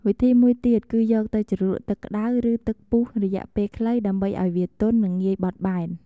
វិធីមួយទៀត គឺយកទៅជ្រលក់ទឹកក្តៅ ឬទឹកពុះរយៈពេលខ្លីដើម្បីឱ្យវាទន់ និងងាយបត់បែន។